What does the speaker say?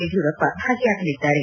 ಯಡಿಯೂರಪ್ಪ ಭಾಗಿಯಾಗಲಿದ್ದಾರೆ